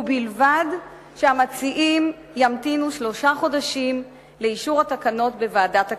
ובלבד שהמציעים ימתינו שלושה חודשים לאישור התקנות בוועדת הכלכלה.